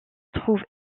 trouve